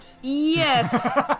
Yes